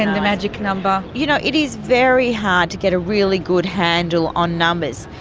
and the magic number. you know, it is very hard to get a really good handle on numbers,